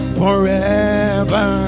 forever